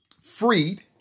freed